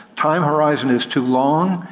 time horizon is too long,